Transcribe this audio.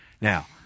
Now